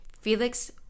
Felix